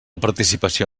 participació